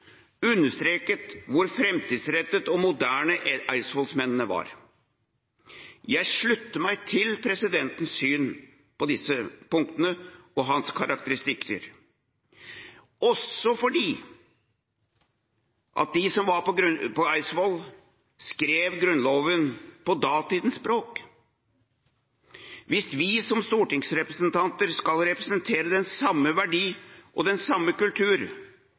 understreket hvor framtidsrettede og moderne eidsvollsmennene var. Jeg slutter meg til presidentens syn på disse punktene og hans karakteristikker, også fordi de som var på Eidsvoll, skrev Grunnloven på datidens språk. Hvis vi som stortingsrepresentanter skal representere den samme verdi og den samme kultur,